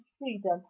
freedom